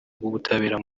w’ubutabera